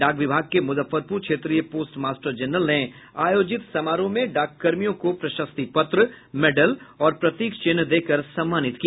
डाक विभाग के मुजफ्फरपुर क्षेत्रीय पोस्ट मास्टर जनरल ने आयोजित समारोह में डाक कर्मियों को प्रशस्ति पत्र मेडल और प्रतीक चिन्ह देकर सम्मानित किया